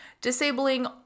disabling